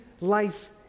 life